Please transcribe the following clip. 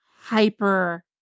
hyper